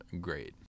great